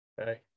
Okay